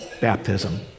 Baptism